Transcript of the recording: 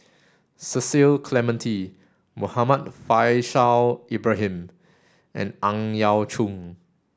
Cecil Clementi Muhammad Faishal Ibrahim and Ang Yau Choon